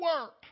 work